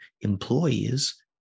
employees